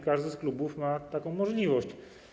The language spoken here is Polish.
Każdy z klubów ma taką możliwość.